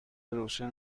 روشن